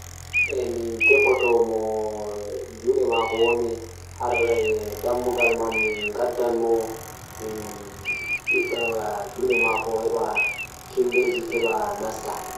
Eh min tefoto mi junngo maako woni haa dammugal man gaddan mo mi ɓiɗɗa juuɗe maako heɓa himɓeeji heɓa nasta